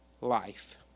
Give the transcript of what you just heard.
life